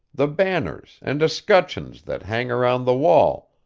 the banners, and escutcheons, that hang around the wall,